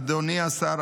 אדוני השר,